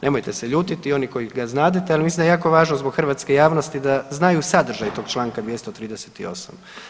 Nemojte se ljutiti, oni koji ga znadete, ali mislim da je jako važno zbog hrvatske javnosti da znaju sadržaj tog čl. 238.